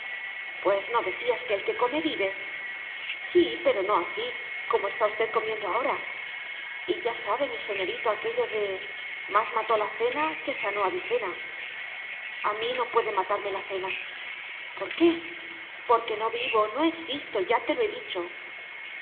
pues no decías que el que come vive sí pero no así como está usted comiendo ahora y ya sabe mi señorito aquello de más mató la cena que sanó avicena a mí no puede matarme la cena por qué porque no vivo no existo ya te lo he dicho